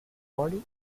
body